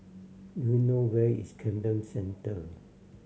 do you know where is Camden Centre